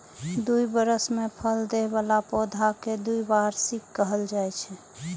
दू बरस मे फल दै बला पौधा कें द्विवार्षिक कहल जाइ छै